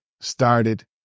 started